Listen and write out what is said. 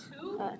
Two